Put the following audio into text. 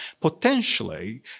potentially